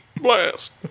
blast